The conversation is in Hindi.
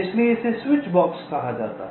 इसलिए इसे स्विचबॉक्स कहा जाता है